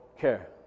care